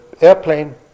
airplane